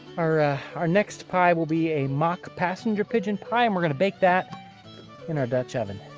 our ah our next pie will be a mock passenger pigeon pie and we're going to bake that in our dutch oven.